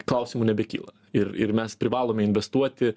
klausimų nebekyla ir ir mes privalome investuoti